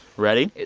ready?